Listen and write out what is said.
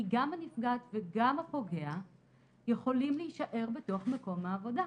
גם הנפגעת וגם הפוגע יכולים להישאר בתוך מקום העבודה.